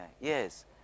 Yes